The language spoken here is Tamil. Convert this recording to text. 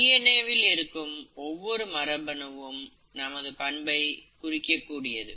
டி என் ஏ வில் இருக்கும் ஒவ்வொரு மரபணு உம் நமது பண்பை குறிக்கக்கூடியது